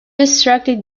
extracted